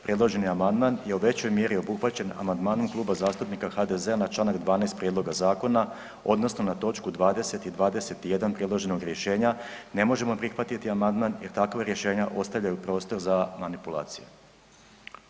Predloženi amandman je u većoj mjeri obuhvaćen amandmanom Kluba zastupnika HDZ-a na čl. 12. prijedloga zakona, odnosno na točku 20 i 21 predloženog rješenja ne možemo prihvatiti amandman jer takva rješenja ostavljaju prostor za manipulaciju.